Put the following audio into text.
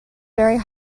very